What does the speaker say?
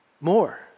More